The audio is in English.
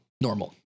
normal